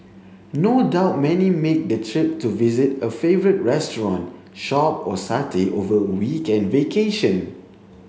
no doubt many make the trip to visit a favourite restaurant shop or satay over a weekend vacation